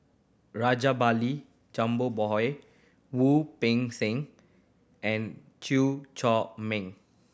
Rajabali Jumabhoy Wu Peng Seng and Chew Chor Meng